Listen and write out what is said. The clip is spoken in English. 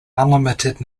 unlimited